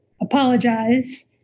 apologize